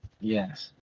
yes